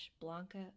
Blanca